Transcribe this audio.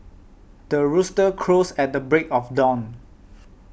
the rooster crows at the break of dawn